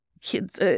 kids